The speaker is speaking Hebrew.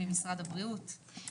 משרד הבריאות, בבקשה.